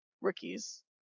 Rookies